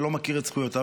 שלא מכיר את זכויותיו?